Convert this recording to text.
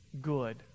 good